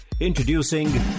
Introducing